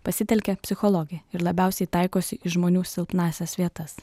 pasitelkia psichologiją ir labiausiai taikosi į žmonių silpnąsias vietas